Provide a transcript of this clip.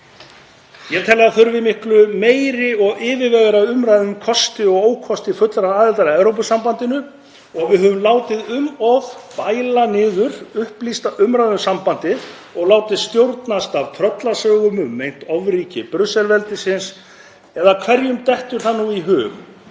Ég tel það þurfi miklu meiri og yfirvegaðri umræðu um kosti og ókosti fullrar aðildar að Evrópusambandinu og við höfum látið um of bæla niður upplýsta umræðu um sambandið og látið stjórnast af tröllasögum um meint ofríki Brussel-veldisins, eða hverjum dettur það í hug